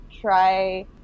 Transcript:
try